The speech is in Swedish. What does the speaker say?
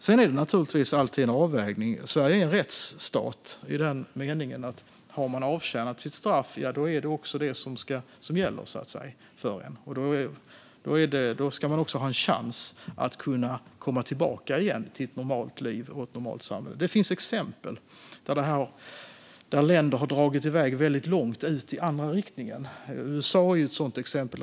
Sedan är det naturligtvis alltid en avvägning. Sverige är en rättsstat i den meningen att om man har avtjänat sitt straff är det detta som gäller. Då ska man ha en chans att komma tillbaka till ett normalt liv i samhället. Det finns exempel på länder som har dragit i väg väldigt långt i andra riktningen. USA är ett sådant exempel.